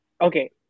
Okay